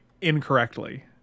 incorrectly